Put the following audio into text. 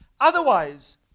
Otherwise